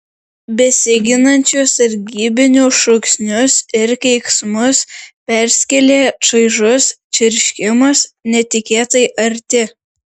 besiginančių sargybinių šūksnius ir keiksmus perskėlė čaižus čerškimas netikėtai arti